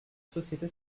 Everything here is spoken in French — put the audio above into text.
société